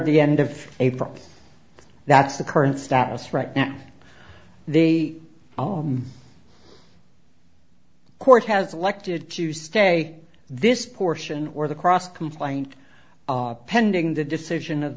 the end of april that's the current status right now they all court has elected to stay this portion or the cross complaint pending the decision of